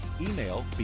Email